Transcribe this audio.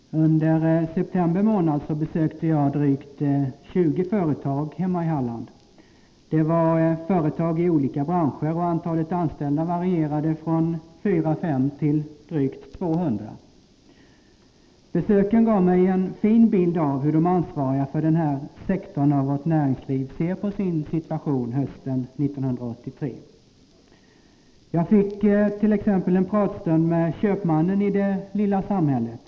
Herr talman! Under september månad besökte jag drygt 20 företag hemma i Halland. Det var företag i olika branscher, och antalet anställda varierade från fyra fem till drygt 200. Besöken gav mig en fin bild av hur de ansvariga för den här sektorn av vårt näringsliv ser på sin situation hösten 1983. Jag fick t.ex. en pratstund med köpmannen i det lilla samhället.